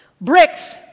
Bricks